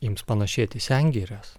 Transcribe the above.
ims panašėti į sengires